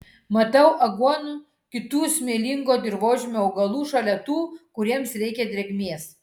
matau aguonų kitų smėlingo dirvožemio augalų šalia tų kuriems reikia drėgmės